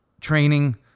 training